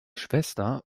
schwester